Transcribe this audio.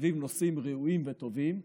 סביב נושאים ראויים וטובים,